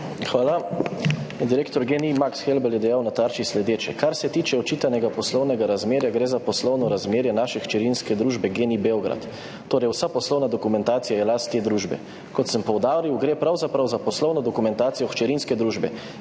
Hvala. Direktor GEN-I Maks Helbl je v Tarči dejal sledeče: »Kar se tiče očitanega poslovnega razmerja, gre za poslovno razmerje naše hčerinske družbe GEN-I Beograd. Torej, vsa poslovna dokumentacija je last te družbe. Kot sem poudaril, gre pravzaprav za poslovno dokumentacijo hčerinske družbe.